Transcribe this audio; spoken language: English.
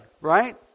right